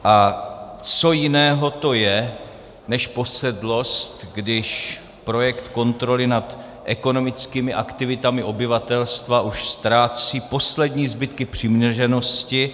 A co jiného to je než posedlost, když projekt kontroly nad ekonomickými aktivitami obyvatelstva už ztrácí poslední zbytky přiměřenosti?